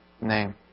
name